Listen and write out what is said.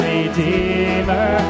Redeemer